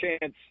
chance –